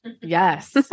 Yes